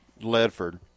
Ledford